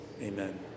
Amen